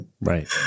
Right